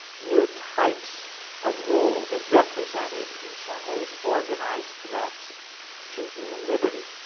new types of rule that represented, in some ways, organized threats to human liberty.